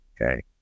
okay